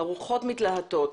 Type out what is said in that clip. הרוחות מתלהטות.